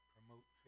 Promote